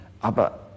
Aber